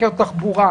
התחבורה.